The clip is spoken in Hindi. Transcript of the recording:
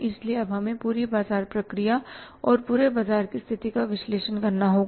इसलिए अब हमें पूरी बाजार प्रक्रिया और पूरे बाजार की स्थिति का विश्लेषण करना होगा